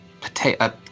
potato